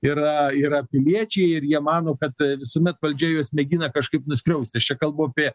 yra yra piliečiai ir jie mano kad visuomet valdžia juos mėgina kažkaip nuskriausti aš čia kalbu apie